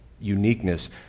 uniqueness